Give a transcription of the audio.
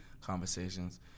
conversations